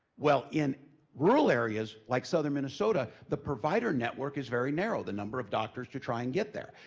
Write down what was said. well in rural areas, like southern minnesota, the provider network is very narrow. the number of doctors to try and get there.